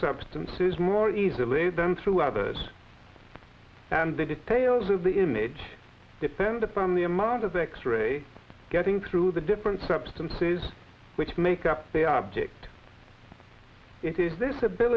substances more easily than through others and the details of the image depend upon the amount of x ray getting through the different substances which make up the object it is th